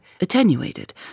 attenuated